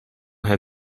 hij